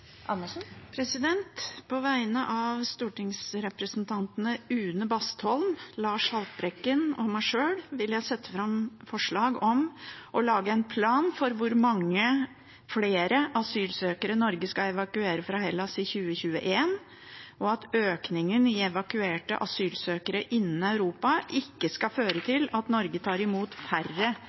representantforslag. På vegne av stortingsrepresentantene Une Bastholm, Lars Haltbrekken og meg sjøl vil jeg sette fram forslag om å lage en plan for hvor mange flere asylsøkere Norge skal evakuere fra Hellas i 2021, og at økningen i evakuerte asylsøkere innen Europa ikke skal føre til at Norge tar imot færre